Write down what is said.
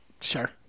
Sure